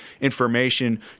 information